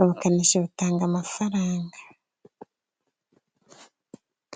ubukanishi butanga amafaranga.